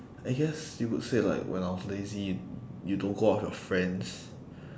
I guess you could say like when I was lazy y~ you don't go out with your friends